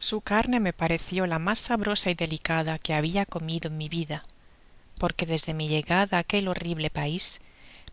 su carne rae pareció la mas sabrosa y delicada que habia comido en mi vida porque desde mi llegada á aquel horrible pais